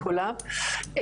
שלום לכולן,